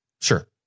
Sure